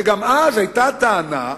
וגם אז היתה טענה,